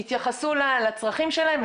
אולי כבר יתחילו שם מטוסים להיות